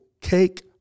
cake